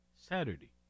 Saturday